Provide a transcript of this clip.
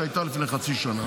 שהייתה לפני חצי שנה.